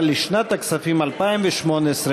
אבל לשנת הכספים 2018,